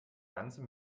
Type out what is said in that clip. ganze